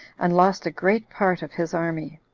and lost a great part of his army.